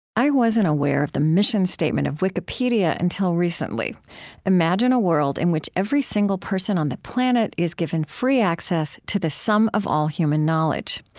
i wasn't aware of the mission statement of wikipedia until recently imagine a world in which every single person on the planet is given free access to the sum of all human knowledge.